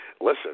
listen